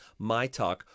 MYTALK